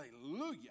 Hallelujah